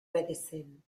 medicine